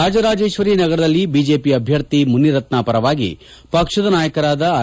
ರಾಜರಾಜೇಶ್ವರಿ ನಗರದಲ್ಲಿ ಬಿಜೆಪಿ ಅಭ್ಯರ್ಥಿ ಮುನಿರತ್ನ ಪರವಾಗಿ ಪಕ್ಷದ ನಾಯಕರಾದ ಆರ್